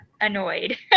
annoyed